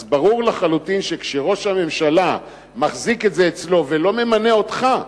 אז ברור לחלוטין שכשראש הממשלה מחזיק את זה אצלו ולא ממנה אותך,